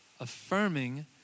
affirming